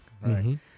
Right